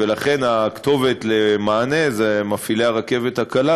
ולכן הכתובת למענה היא מפעילי הרכבת הקלה,